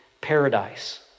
paradise